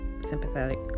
sympathetic